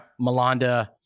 Melanda